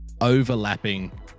overlapping